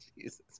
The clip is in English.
Jesus